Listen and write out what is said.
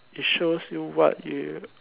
it's shows you what you